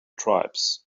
tribes